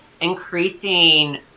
increasing